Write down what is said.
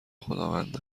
خداوند